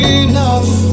enough